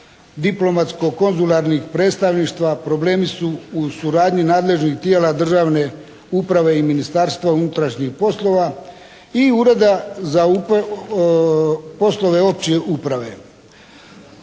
diplomatsko-konzularnih predstavništva. Problemi su u suradnji nadležnih tijela državne uprave i Ministarstva unutrašnjih poslova i Ureda za poslove opće uprave.